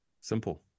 Simple